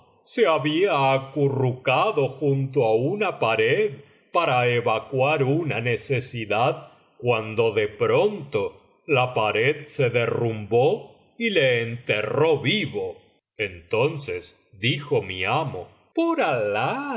se había acurrucado junto á una pared para evacuar una necesidad cuando de pronto la pared se derrumbó y le enterró vivo entonces dijo mi amo por